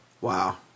Wow